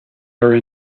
are